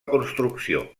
construcció